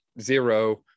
zero